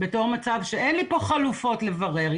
בתור מצב שאין לי פה חלופות לברר,